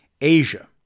Asia